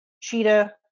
cheetah